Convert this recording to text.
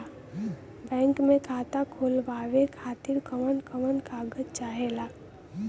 Bank मे खाता खोलवावे खातिर कवन कवन कागज चाहेला?